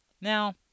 Now